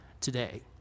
today